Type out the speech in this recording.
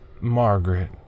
Margaret